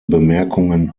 bemerkungen